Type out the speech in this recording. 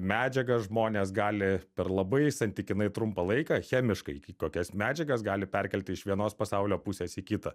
medžiagą žmonės gali per labai santykinai trumpą laiką chemiškai kokias medžiagas gali perkelti iš vienos pasaulio pusės į kitą